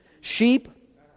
sheep